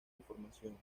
información